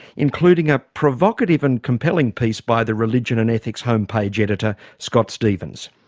including a provocative and compelling piece by the religion and ethics homepage editor scott stephens.